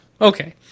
Okay